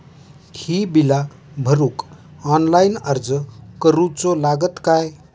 ही बीला भरूक ऑनलाइन अर्ज करूचो लागत काय?